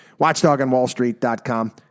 Watchdogonwallstreet.com